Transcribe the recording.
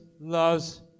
loves